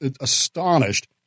Astonished